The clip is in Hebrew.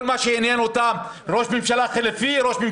כל מה שעניין אותם ראש ממשלה חליפי,